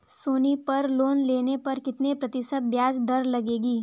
सोनी पर लोन लेने पर कितने प्रतिशत ब्याज दर लगेगी?